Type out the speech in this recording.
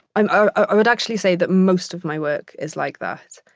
and i would actually say that most of my work is like that,